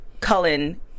Cullen